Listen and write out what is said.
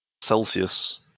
Celsius